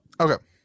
okay